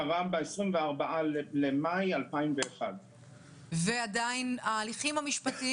קרה ב-24 במאי 2001. וההליכים המשפטיים